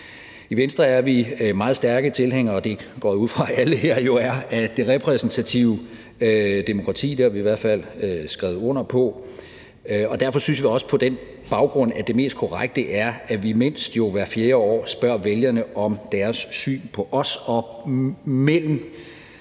I Venstre er vi meget stærke tilhængere, og det går jeg ud fra at alle her jo er, af det repræsentative demokrati – det har vi i hvert fald skrevet under på. Og derfor synes vi også, at det på den baggrund er det mest korrekte, at vi mindst hver fjerde år spørger vælgerne om deres syn på os. Og mellem